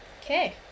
Okay